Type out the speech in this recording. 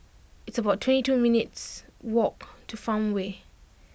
it's about twenty two minutes' walk to Farmway